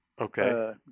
okay